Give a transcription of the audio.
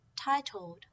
titled